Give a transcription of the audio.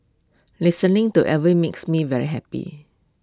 listening to Elvis makes me very happy